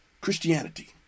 Christianity